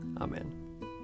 Amen